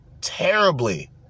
terribly